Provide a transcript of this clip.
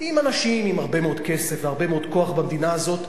עם אנשים עם הרבה מאוד כסף והרבה מאוד כוח במדינה הזאת,